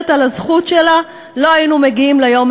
שופטיה אינם רשאים לשבת בחיבוק